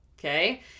Okay